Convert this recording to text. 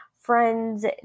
friends